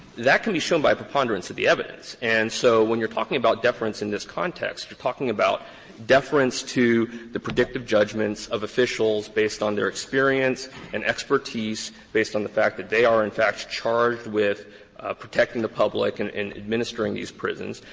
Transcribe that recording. that can be shown by preponderance of the evidence. and so when you're talking about deference in this context, you're talking about deference to the predictive judgments of officials based on their experience and expertise, based on the fact that they are, in fact, charged with protecting the public and administering these prisons.